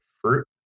fruit